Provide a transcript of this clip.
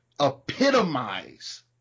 epitomize